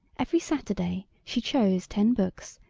every saturday she chose ten books,